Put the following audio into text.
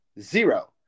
zero